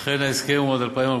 אכן ההסכם הוא עד 2040,